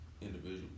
individual